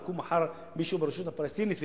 יקום מחר מישהו ברשות הפלסטינית ויגיד: